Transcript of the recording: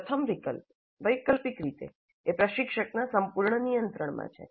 પ્રથમ વિકલ્પ વૈકલ્પિક રીતે એ પ્રશિક્ષકનાં સંપૂર્ણ નિયંત્રણમાં છે